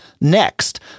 next